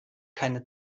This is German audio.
keine